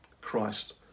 Christ